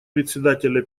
председателя